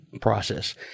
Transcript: process